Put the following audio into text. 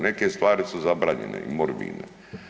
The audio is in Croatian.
Neke stvari su zabranjene i morbidne.